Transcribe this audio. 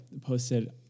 posted